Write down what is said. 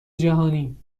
جهانی